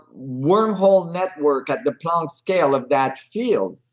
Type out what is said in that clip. wormhole network at the planck scale of that field,